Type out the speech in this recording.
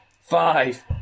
five